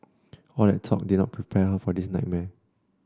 all that talk did not prepare her for this nightmare